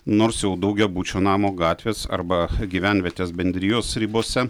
nors jau daugiabučio namo gatvės arba gyvenvietės bendrijos ribose